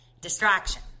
distraction